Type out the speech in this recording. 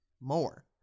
more